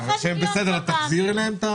וכשהם בסדר, את תחזירי להם?